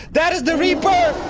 that is the reaper!